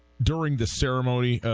during the ceremony,